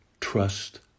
Trust